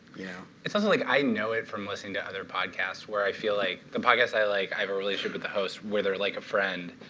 yeah it's also like, i know it from listening to other podcasts, where i feel like the podcasts i like, i have a relationship with the host where they're like a friend,